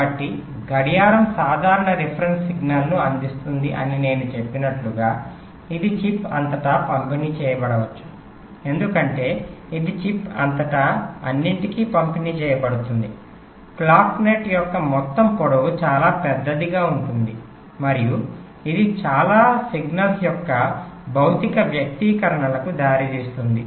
కాబట్టి గడియారం సాధారణ రిఫరెన్స్ సిగ్నల్ను అందిస్తుంది అని నేను చెప్పినట్లుగా ఇది చిప్ అంతటా పంపిణీ చేయబడవచ్చు ఎందుకంటే ఇది చిప్ అంతటా అన్నింటికీ పంపిణీ చేయబడుతుంది క్లాక్ నెట్ యొక్క మొత్తం పొడవు చాలా పెద్దదిగా ఉంటుందిమరియు ఇది చాలా సిగ్నల్ యొక్క భౌతిక వ్యక్తీకరణలుకు దారితీస్తుంది